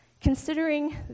Considering